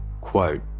quote